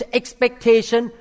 expectation